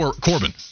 Corbin